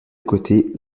côtés